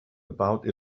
about